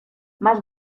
más